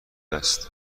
است